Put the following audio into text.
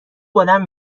بلند